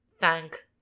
thank